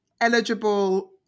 eligible